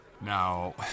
Now